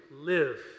live